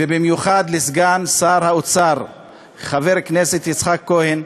ובמיוחד לסגן שר האוצר חבר הכנסת יצחק כהן,